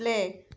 play